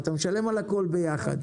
משלמים על הכול ביחד.